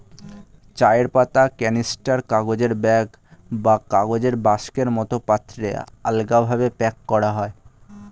চায়ের পাতা ক্যানিস্টার, কাগজের ব্যাগ বা কাঠের বাক্সের মতো পাত্রে আলগাভাবে প্যাক করা হয়